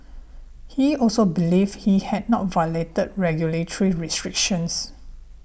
he also believed he had not violated regulatory restrictions